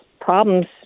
problems